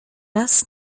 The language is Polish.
raz